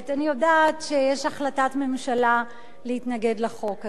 אני יודעת שיש החלטת ממשלה להתנגד לחוק הזה.